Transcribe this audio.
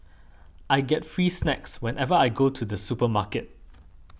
I get free snacks whenever I go to the supermarket